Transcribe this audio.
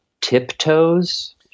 Tiptoes –